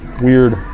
weird